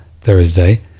Thursday